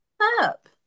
up